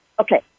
Okay